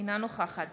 אינה נוכחת